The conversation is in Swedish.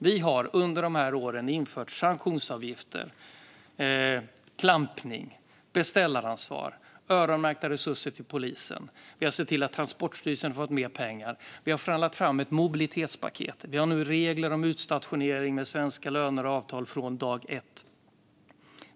Vi har under de här åren infört sanktionsavgifter, klampning och beställaransvar och gett öronmärkta resurser till polisen. Vi har sett till att Transportstyrelsen har fått mer pengar. Vi har förhandlat fram ett mobilitetspaket. Vi har nu regler om utstationering med svenska löner och avtal från dag ett.